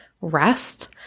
rest